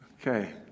Okay